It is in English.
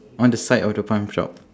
on the side of the farm shop